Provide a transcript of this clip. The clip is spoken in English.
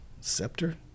Scepter